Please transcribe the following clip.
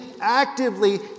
actively